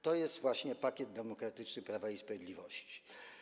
To jest właśnie pakiet demokratyczny Prawa i Sprawiedliwości.